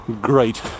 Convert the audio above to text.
great